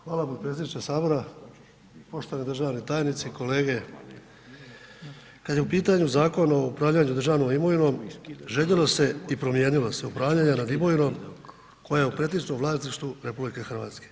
Hvala potpredsjedniče sabora, poštovani državni tajnici, kolege, kad je u pitanju Zakon o upravljanju državnom imovinom željelo se i promijenilo se upravljanje nad imovinom koja je u pretežnom vlasništvu RH.